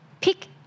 pick